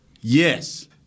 Yes